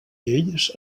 lleis